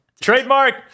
Trademark